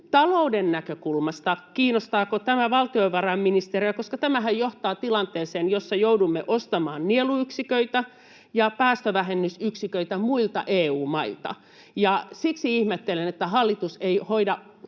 päästöillä, niin kiinnostaako tämä valtiovarainministeriä talouden näkökulmasta? Koska tämähän johtaa tilanteeseen, jossa joudumme ostamaan nieluyksiköitä ja päästövähennysyksiköitä muilta EU-mailta. Siksi ihmettelen, että hallitus ei hoida